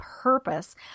purpose